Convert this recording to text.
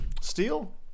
Steel